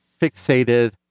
fixated